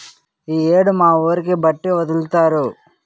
ఈ యేడు మా ఊరికి బట్టి ఒదులుతారు